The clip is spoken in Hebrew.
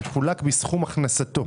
מחולק בסכום הכנסתו".